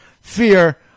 Fear